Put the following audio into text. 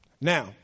Now